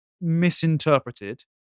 misinterpreted